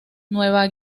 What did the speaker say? nueva